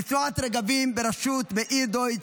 לתנועת רגבים בראשות מאיר דויטש,